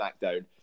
SmackDown